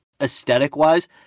aesthetic-wise